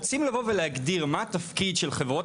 רוצים לבוא ולהגדיר מה התפקיד של חברות